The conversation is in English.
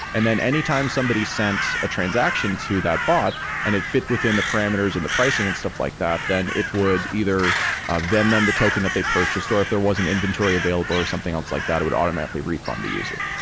and then anytime somebody sends a transaction to that bot and it fit within the parameters and the pricing and stuff like that, then it would either vend them the token that they purchased or if there was an inventory available or something else like that it would automatically refund the user.